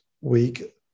week